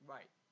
Right